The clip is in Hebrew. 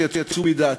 שיצאו מדעתם,